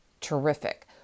Terrific